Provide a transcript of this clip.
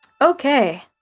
Okay